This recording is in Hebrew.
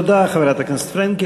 תודה, חברת הכנסת פרנקל.